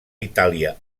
itàlia